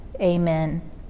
Amen